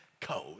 code